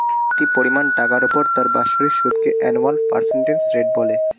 একটি পরিমাণ টাকার উপর তার বাৎসরিক সুদকে অ্যানুয়াল পার্সেন্টেজ রেট বলে